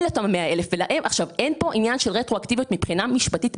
אין כאן עניין של רטרואקטיביות מבחינה משפטית.